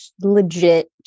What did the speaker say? legit